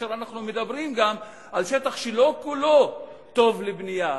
כאשר אנחנו מדברים גם על שטח שלא כולו טוב לבנייה,